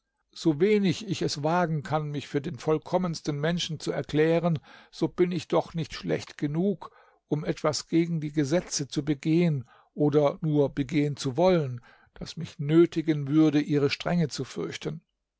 so wenig ich es wagen kann mich für den vollkommensten menschen zu erklären so bin ich doch nicht schlecht genug um etwas gegen die gesetze zu begehen oder nur begehen zu wollen das mich nötigen würde ihre strenge zu fürchten